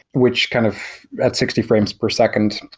which kind of at sixty frames per second,